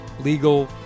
legal